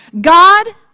God